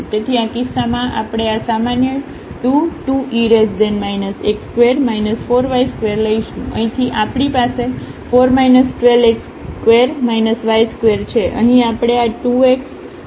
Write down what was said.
તેથી આ કિસ્સામાં આપણે આ સામાન્ય 2 2e x2 4y2 લઈશું અહીંથી આપણી પાસે 4 12 x2 y2 છે અહીં આપણે આ 2x અહીં લઈ લીધું છે